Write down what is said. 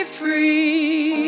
free